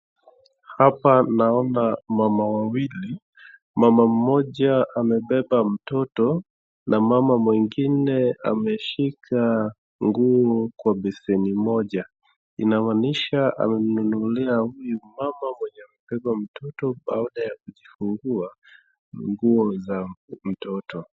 Hapa naona mama wawili. Mama mmoja amebeba mtoto na mama mwingine ameshika nguo kwa beseni moja. Inamaanisha amenunulia huyu mama mwenye amebeba mtoto baada ya kujifungua, nguo za mtoto.